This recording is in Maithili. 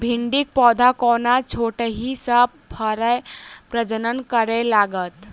भिंडीक पौधा कोना छोटहि सँ फरय प्रजनन करै लागत?